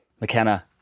McKenna